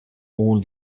all